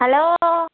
hello